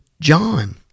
John